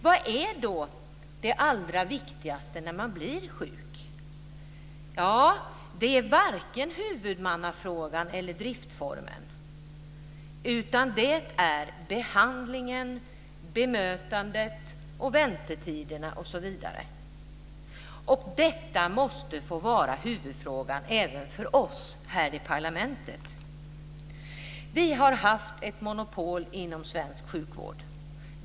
Vad är då det allra viktigaste när man blir sjuk? Det är varken huvudmannafrågan eller driftformen, utan det är behandlingen, bemötandet, väntetiderna osv. Detta måste få vara huvudfrågan även för oss här i parlamentet. Vi har haft ett monopol inom svensk sjukvård.